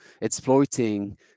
exploiting